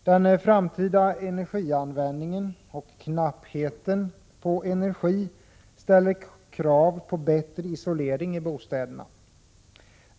Den framtida energianvändningen och knappheten på energi ställer krav på bättre isolering i bostäderna.